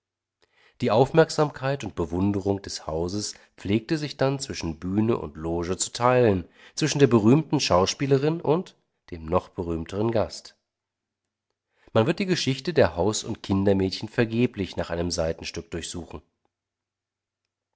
die aufmerksamkeit und bewunderung des hauses pflegte sich dann zwischen bühne und loge zu teilen zwischen der berühmten schauspielerin und dem noch berühmteren gast man wird die geschichte der haus und kindermädchen vergeblich nach einem seitenstück durchsuchen